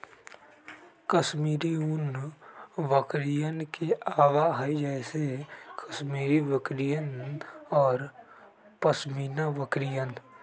कश्मीरी ऊन बकरियन से आवा हई जैसे कश्मीरी बकरियन और पश्मीना बकरियन